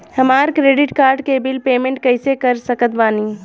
हमार credit card के bill payment कइसे कर सकत बानी?